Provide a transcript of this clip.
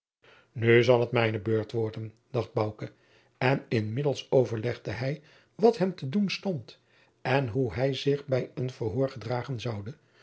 nu zal het mijne beurt worden dacht bouke en inmiddels overlegde hij wat hem te doen stond en hoe hij zich bij een verhoor gedragen zoude